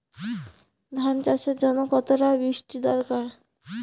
ধান চাষের জন্য কতটা বৃষ্টির দরকার?